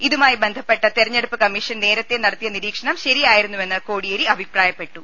ഇതു മായി ബന്ധപ്പെട്ട് തെരഞ്ഞെടുപ്പ് കമ്മീഷൻ നേരത്തെ നടത്തിയ നിരീക്ഷണം ശരിയായിരുന്നുവെന്ന് കോടിയേരി അഭിപ്രായപ്പെട്ടു